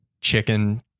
chicken